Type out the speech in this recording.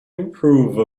improve